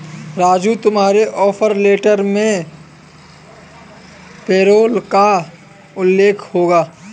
राजू तुम्हारे offer letter में parole का उल्लेख होगा